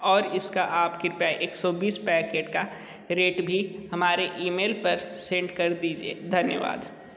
और इसका आप कृपया एक सौ बीस पैकेट का रेट भी हमारे ईमेल पर सेंड कर दीजिए धन्यवाद